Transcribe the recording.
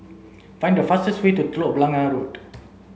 find the fastest way to Telok Blangah Road